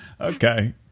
Okay